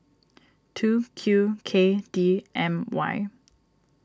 two Q K D M Y